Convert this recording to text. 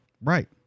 Right